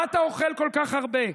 מה אתה אוכל כל כך הרבה?